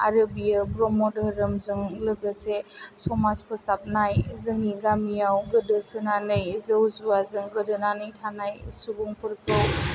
आरो बियो ब्रह्म धोरोमजों लोगोसे समाज फोसाबनाय जोंनि गामियाव गोदोसोनानै जौ जुवाजों गोदोनानै थानाय सुबुंफोरखौ